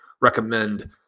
recommend